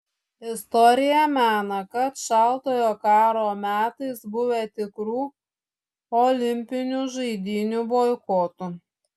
istorija mena kad šaltojo karo metais buvę tikrų olimpinių žaidynių boikotų